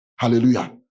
Hallelujah